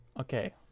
Okay